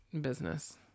business